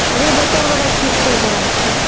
अभी दोसर गोरेके ठीक करि रहल छिए